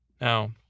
Now